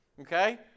okay